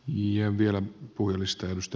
ja vielä puhujalistaan